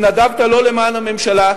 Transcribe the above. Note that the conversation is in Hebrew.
התנדבת לא למען הממשלה,